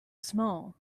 small